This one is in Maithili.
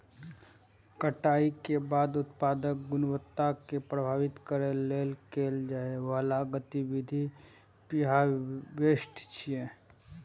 कटाइ के बाद उत्पादक गुणवत्ता कें प्रभावित करै लेल कैल जाइ बला गतिविधि प्रीहार्वेस्ट छियै